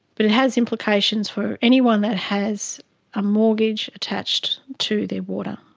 but it has implications for anyone that has a mortgage attached to their water.